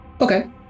okay